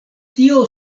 tio